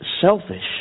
selfish